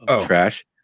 trash